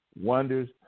wonders